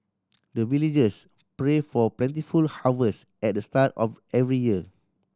the villagers pray for plentiful harvest at the start of every year